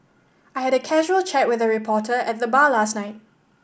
I had a casual chat with a reporter at the bar last night